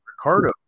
ricardo